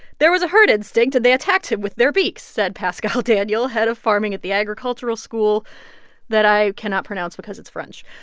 there was a herd instinct, and they attacked it with their beaks, said pascal daniel, head of farming at the agricultural school that i cannot pronounce because it's french.